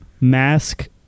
mask